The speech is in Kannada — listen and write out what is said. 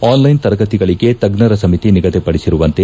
ಆನ್ಲೈನ್ ತರಗತಿಗಳಿಗೆ ತಜ್ಞರ ಸಮಿತಿ ನಿಗದಿಪಡಿಸಿರುವಂತೆ